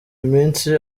iminsi